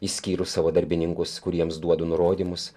išskyrus savo darbininkus kuriems duodu nurodymus